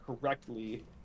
correctly